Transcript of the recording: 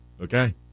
Okay